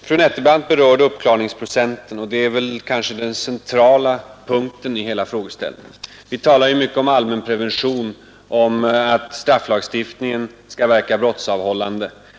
Fru Nettelbrandt berörde frågan om uppklaringsprocenten, och det är kanske den centrala punkten i hela frågeställningen. Vi talar mycket om allmänprevention, om att strafflagstiftningen skall verka brottsavhållande.